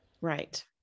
Right